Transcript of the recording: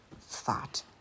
thought